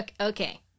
Okay